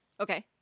Okay